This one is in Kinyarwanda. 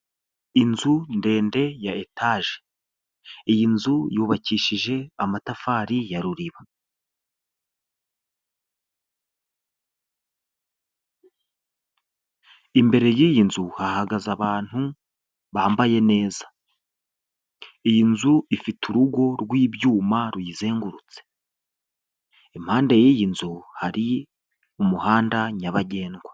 Inzu ndende ya etaje, iyi nzu yubakishije amatafari ya ruriba, imbere y'iyi nzu hahagaze abantu bambaye neza, iyi nzu ifite urugo rw'ibyuma ruyizengurutse, impande y'iyi nzu hari umuhanda nyabagendwa.